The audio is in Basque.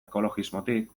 ekologismotik